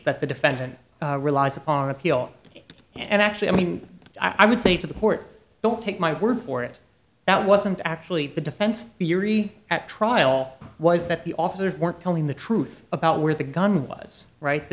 that the defendant relies upon appeal and actually i mean i would say to the court don't take my word for it that wasn't actually the defense theory at trial was that the officers weren't telling the truth about where the gun was right the